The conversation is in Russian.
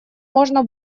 можно